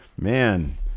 man